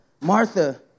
Martha